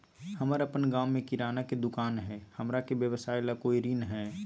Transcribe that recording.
हमर अपन गांव में किराना के दुकान हई, हमरा के व्यवसाय ला कोई ऋण हई?